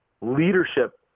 leadership